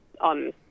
on